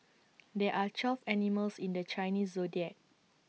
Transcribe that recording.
there are twelve animals in the Chinese Zodiac